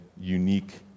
unique